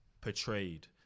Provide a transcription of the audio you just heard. portrayed